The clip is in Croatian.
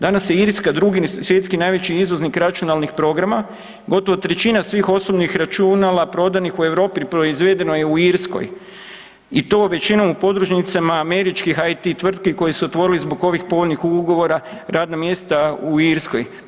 Danas je Irska drugi svjetski najveći izvoznik računalnih programa, gotovo trećina svih osobnih računala prodanih u Europi proizvedeno je u Irskoj i to većinom u podružnicama američkih IT tvrtki koje su otvorili zbog ovih povoljnih ugovora, radna mjesta u Irskoj.